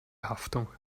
haftung